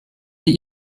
sie